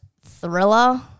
thriller